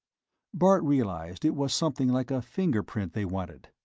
bart realized it was something like a fingerprint they wanted.